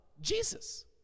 Jesus